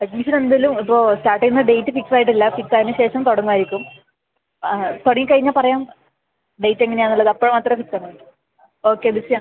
admission എന്തായാലും ഇപ്പോൾ start ചെയ്യുന്ന ഡേറ്റ് ഫിക്സ് ആയിട്ട് ഇല്ല ഫിക്സ് ആയതിന് ശേഷം തുടങ്ങുവായിരിക്കും തുടങ്ങി കഴിഞ്ഞാൽ പറയാം ഡേറ്റ് എങ്ങനെയാന്ന് ഉള്ളത് അപ്പോൾ മാത്രമെ ഫിക്സ് ആക്കാൻ പറ്റൂ ഓക്കെ ബിസിയാണ് ഓക്കെ